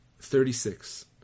thirty-six